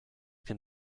can